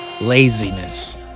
Laziness